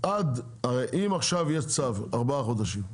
הרי אם עכשיו יש צו ארבעה חודשים,